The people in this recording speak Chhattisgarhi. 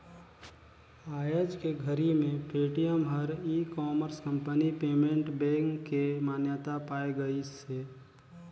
आयज के घरी मे पेटीएम हर e commerce company payment bank के मान्यता पाए गइसे